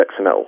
XML